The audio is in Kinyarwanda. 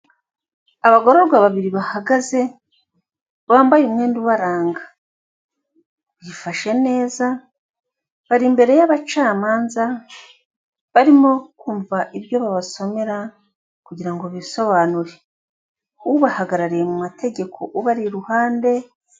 Abagororwa babiri bahagaze bambaye umwenda ubaranga. Bifashe neza. Bari imbere y'abacamanza. Barimo kumva ibyo babasomera kugira ngo bisobanure. Ubahagarariye mu mategeko uba iruhande.